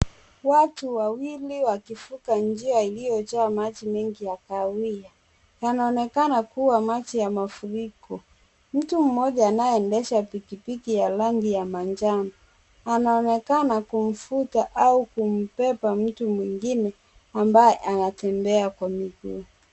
Watu wawili wakivuka njia iliyojaa maji mengi ya kahawia. Yanaonekana kuwa maji ya mafuriko. Mtu mmoja anayeendesha pikipiki ya rangi ya manjano anaonekana kumvuta au kumbeba mtu mwingine ambaye anatembea kwa miguu.